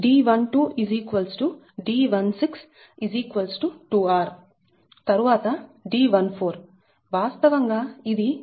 D12 D16 2r తరువాత D14 వాస్తవంగా ఇది కండక్టర్ 4